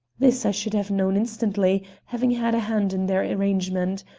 this i should have known instantly, having had a hand in their arrangement.